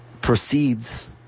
proceeds